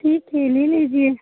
ठीक है ले लीजिए